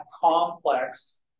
complex